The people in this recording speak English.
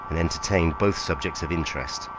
and entertain both subjects of interest,